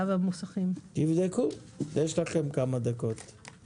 יש לכם כמה דקות לבדוק את זה.